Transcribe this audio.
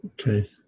Okay